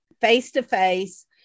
face-to-face